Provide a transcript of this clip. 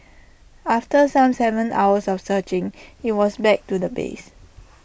after some Seven hours of searching IT was back to the base